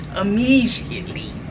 immediately